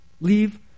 Leave